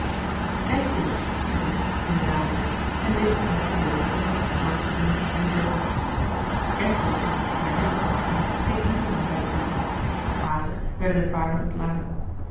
kengoeroes zei dilly in den namiddag en wees op eenige beweeglijke zwarte punten in de verte kengoeroes zien en er jacht op maken scheen één te zijn bij de bushmen haastig werden de paarden ontladen